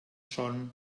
son